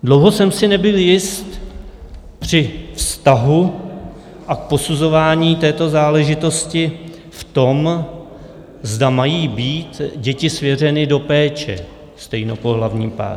Dlouho jsem si nebyl jist při vztahu a posuzování této záležitosti v tom, zda mají být děti svěřeny do péče stejnopohlavním párům.